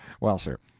well, sir,